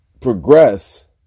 progress